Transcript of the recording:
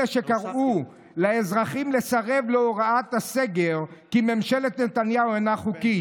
אלה שקראו לאזרחים לסרב להוראת הסגר כי ממשלת נתניהו אינה חוקית,